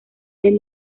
del